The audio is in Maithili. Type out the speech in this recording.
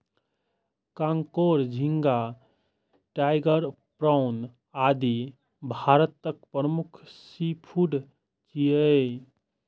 कांकोर, झींगा, टाइगर प्राउन, आदि भारतक प्रमुख सीफूड छियै